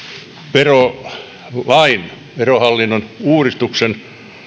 verolain verohallinnon uudistuksen